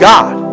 God